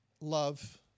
love